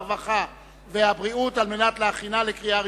הרווחה והבריאות על מנת להכינה לקריאה ראשונה.